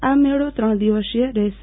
આ મેળો ત્રણ દિવસીય રહેશ